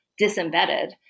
disembedded